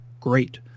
great